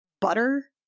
butter